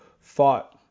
fought –